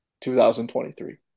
2023